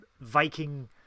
Viking